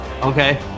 Okay